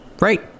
right